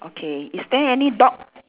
okay is there any dog